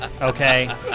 okay